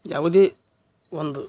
ಯಾವುದೇ ಒಂದು